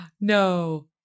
No